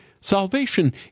Salvation